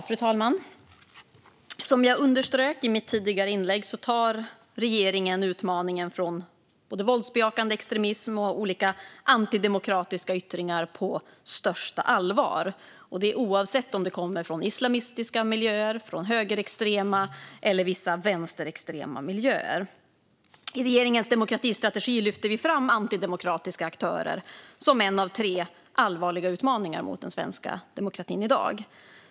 Fru talman! Som jag underströk i mitt interpellationssvar tar regeringen utmaningen från både våldsbejakande extremism och olika antidemokratiska yttringar på största allvar, oavsett om detta kommer från islamistiska miljöer, högerextrema miljöer eller vissa vänsterextrema miljöer. I regeringens demokratistrategi lyfter vi fram antidemokratiska aktörer som en av tre allvarliga utmaningar mot den svenska demokratin i dag.